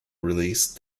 release